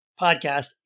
podcast